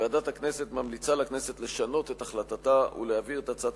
ועדת הכנסת ממליצה לכנסת לשנות את החלטתה ולהעביר את הצעת